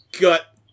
gut